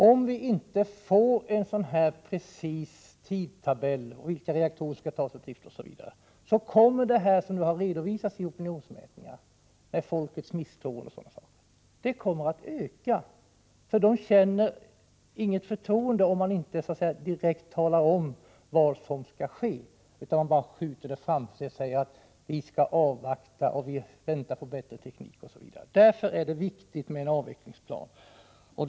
Om vi inte får en tidtabell för vilka reaktorer som skall tas ur drift, kommer den misstro som nu har redovisats i opinionsmätningar att öka. Människorna känner inget förtroende, om man inte direkt talar om vad som skall ske utan bara skjuter det hela framför sig och förklarar att man skall avvakta och vänta på bättre teknik. Därför är det viktigt med en avvecklingsplan.